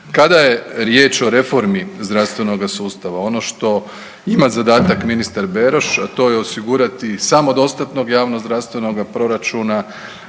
Kada je riječ o reformi zdravstvenoga sustava ono što ima zadatak ministar Beroš, a to je osigurati samodostatnost javnog zdravstvenoga proračuna,